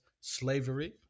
slavery